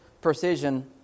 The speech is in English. precision